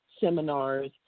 seminars